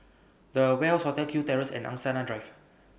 The Ware Hotel Kew Terrace and Angsana Drive